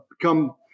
become